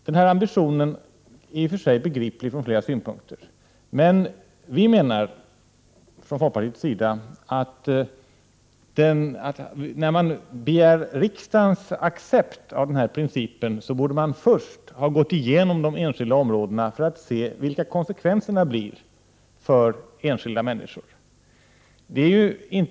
Den ambitionen är från flera olika synpunkter begriplig, men vi från folkpartiet menar att regeringen först borde gå igenom de olika områdena för att se vilka konsekvenserna blir för enskilda människor innan man begär att riksdagen skall acceptera en sådan princip.